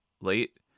late